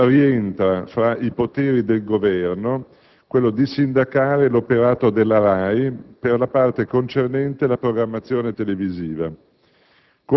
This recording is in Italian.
non rientra fra i poteri del Governo quello di sindacare l'operato della RAI per la parte concernente la programmazione televisiva.